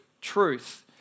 truth